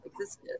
existed